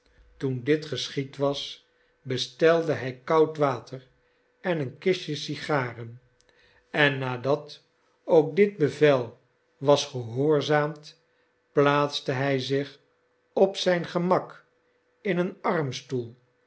toen dit geschied was bestelde hij koud water en een kistj e sigaren en nadat ook dit bevel was gehoorzaamd plaatste hij zich op zijn gemak in een armstoel